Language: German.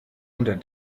unter